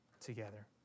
together